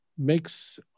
makes